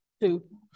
two